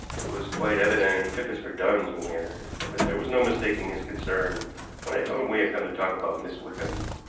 it was quite evident he took us for duns when we entered, but there was no mistaking his concern when i told him we had come to talk about miss wickham.